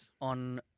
on